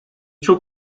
çok